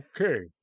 okay